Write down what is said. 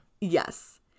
Yes